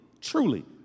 truly